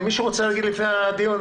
מישהו רוצה להגיד משהו לפני הדיון?